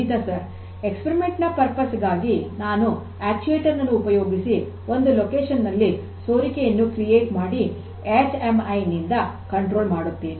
ಖಂಡಿತ ಸರ್ ಪ್ರಯೋಗದ ಉದ್ದೇಶಕ್ಕಾಗಿ ನಾನು ಅಕ್ಟುಯೆಟರ್ ನನ್ನು ಉಪಯೋಗಿಸಿ ಒಂದು ಸ್ಥಳದಲ್ಲಿ ಸೋರಿಕೆಯನ್ನು ಸೃಷ್ಟಿ ಮಾಡಿ ಎಚ್ ಎಂ ಐ ನಿಂದ ನಿಯಂತ್ರಣ ಮಾಡುತ್ತೇನೆ